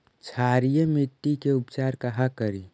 क्षारीय मिट्टी के उपचार कहा करी?